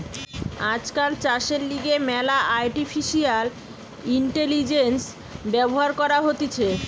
আজকাল চাষের লিগে ম্যালা আর্টিফিশিয়াল ইন্টেলিজেন্স ব্যবহার করা হতিছে